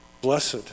Blessed